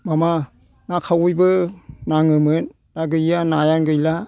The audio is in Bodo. माबा ना खावैबो नाङोमोन दा गैया नायानो गैला